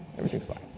everything's fine.